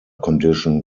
condition